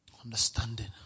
Understanding